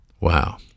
Wow